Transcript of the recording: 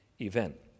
event